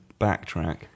backtrack